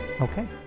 okay